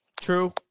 True